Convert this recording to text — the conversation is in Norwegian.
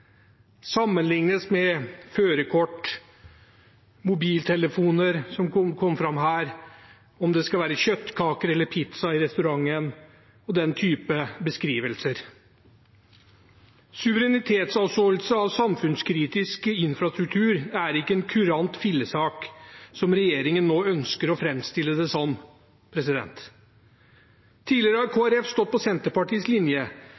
med førerkort, mobiltelefoner – slik det kom fram her – om det skal være kjøttkaker eller pizza i restauranten, og den typen beskrivelser. Suverenitetsavståelse av samfunnskritisk infrastruktur er ikke en kurant fillesak, som regjeringen nå ønsker å framstille det som. Tidligere har Kristelig Folkeparti stått på Senterpartiets linje.